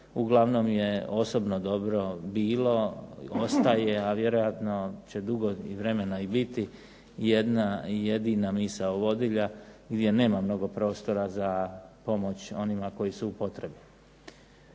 Uglavnom je osobno dobro bilo, ostaje, a vjerojatno će dugo vremena i biti jedna jedina misao vodilja gdje nema mnogo prostora za pomoć onima koji su u potrebi.